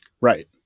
Right